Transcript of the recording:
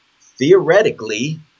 Theoretically